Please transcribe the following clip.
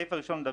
הסעיף הראשון,